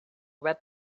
red